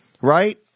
right